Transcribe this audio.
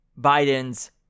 Biden's